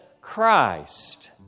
Christ